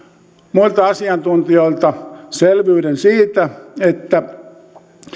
muilta asiantuntijoilta selvyyden siitä että